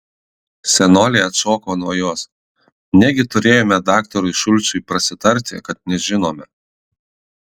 senolė atšoko nuo jos negi turėjome daktarui šulcui prasitarti kad nežinome